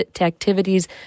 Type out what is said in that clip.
activities